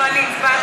לא, אני הצבעתי.